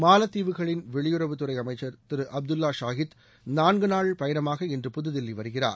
மாலத்தீவுகளின் வெளியுறவுத்துறை அமைச்சர் திரு அப்துல்லா சாஹித் நான்கு நாள் பயணமாக இன்று புதுதில்லி வருகிறார்